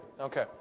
okay